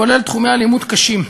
כולל תחומי אלימות קשים.